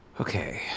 Okay